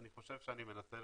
אני חושב שאני מנסה